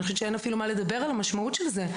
אני חושבת שאין אפילו מה לדבר על המשמעות של זה.